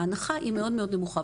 ההנחה היא מאוד נמוכה.